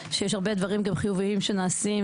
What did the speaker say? גם חיוביים שנעשים,